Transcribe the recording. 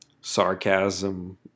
sarcasm